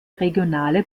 regionale